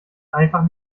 einfach